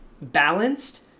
balanced